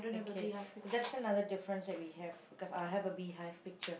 okay so that's another difference that we have because I have a beehive picture